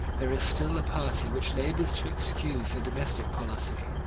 there is still a party which labours to excuse their domestic policy.